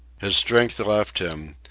his strength left him,